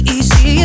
Easy